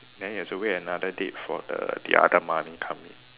then you have to wait another date for the the other money come in